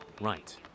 Right